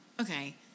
Okay